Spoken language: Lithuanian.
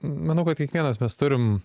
manau kad kiekvienas mes turim